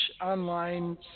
online